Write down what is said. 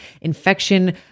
infection